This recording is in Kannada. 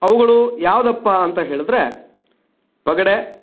ಅವುಗಳು ಯಾವುದಪ್ಪಾ ಅಂತ ಹೇಳಿದ್ರೆ ಪಗಡೆ